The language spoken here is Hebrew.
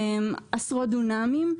של עשרות דונמים,